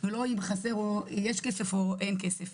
ולא אם יש כסף או אין כסף.